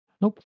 Nope